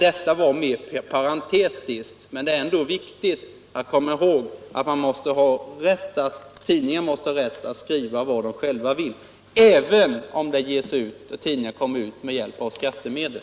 Detta var mera parentetiskt, men det är ändå viktigt att komma ihåg att tidningarna måste ha rätt att skriva vad de själva vill, även om de kommer ut med hjälp av skattemedel.